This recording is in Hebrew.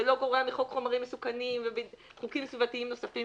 זה לא גורע מחוק חומרים מסוכנים וחוקים סביבתיים נוספים,